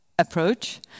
approach